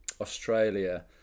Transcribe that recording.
Australia